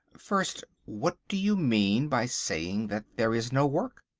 first, what do you mean by saying that there is no work?